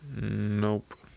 Nope